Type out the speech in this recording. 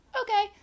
okay